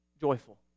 joyful